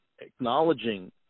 acknowledging